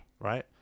Right